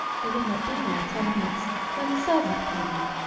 he had not been there ten minutes when the servant came in,